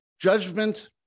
judgment